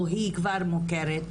או היא כבר מוכרת.